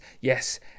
yes